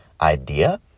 idea